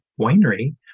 winery